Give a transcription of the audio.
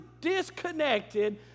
disconnected